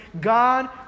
God